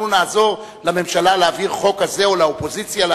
אנחנו נעזור לממשלה להעביר חוק כזה,